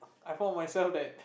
I found myself that